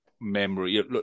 memory